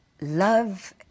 love